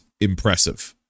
Impressive